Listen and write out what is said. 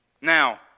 Now